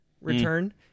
return